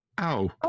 Ow